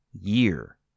year